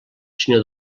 sinó